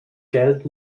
geld